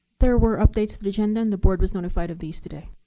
there were updates the agenda, and the board was notified of these today.